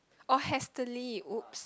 oh hastily !oops!